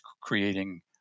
creating